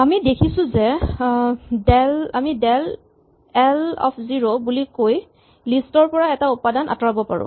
আমি দেখিছো যে আমি ডেলএলজিৰ' বুলি কৈ লিষ্ট ৰ পৰা এটা উপাদান আঁতৰাব পাৰো